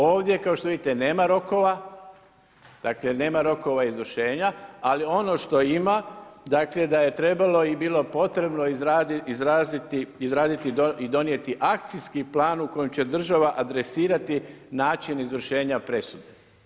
Ovdje kao što vidite nema rokove, dakle nema rokova izvršenja, ali ono što ima da je trebalo i bilo potrebno izraditi i donijeti akcijski plan u kojem će država adresirati način izvršenja presude.